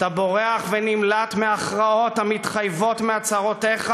אתה בורח ונמלט מהכרעות המתחייבות מהצהרותיך,